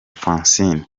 francine